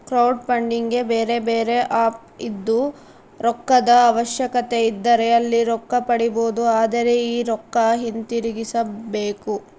ಕ್ರೌಡ್ಫಂಡಿಗೆ ಬೇರೆಬೇರೆ ಆಪ್ ಇದ್ದು, ರೊಕ್ಕದ ಅವಶ್ಯಕತೆಯಿದ್ದರೆ ಅಲ್ಲಿ ರೊಕ್ಕ ಪಡಿಬೊದು, ಆದರೆ ಈ ರೊಕ್ಕ ಹಿಂತಿರುಗಿಸಬೇಕು